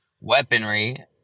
weaponry